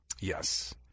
Yes